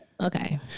okay